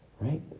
right